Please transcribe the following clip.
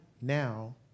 now